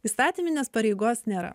įstatyminės pareigos nėra